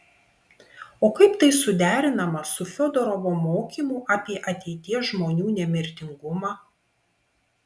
o kaip tai suderinama su fiodorovo mokymu apie ateities žmonių nemirtingumą